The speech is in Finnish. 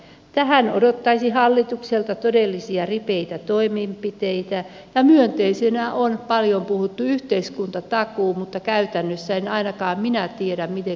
tähän odottaisi hallitukselta todellisia ripeitä toimenpiteitä ja myönteisenä on paljon puhuttu yhteiskuntatakuu mutta käytännössä en ainakaan minä tiedä mitenkä tämä toteutuu